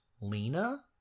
Lena